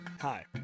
Hi